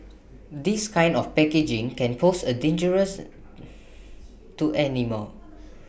this kind of packaging can pose A dangerous to animals